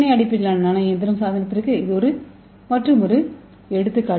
ஏ அடிப்படையிலான நானோ இயந்திர சாதனத்திற்கு இது மற்றொரு எடுத்துக்காட்டு